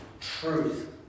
truth